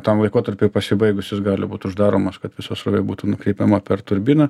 tam laikotarpiui pasibaigus jis gali būt uždaromas kad visa srovė būtų nukreipiama per turbiną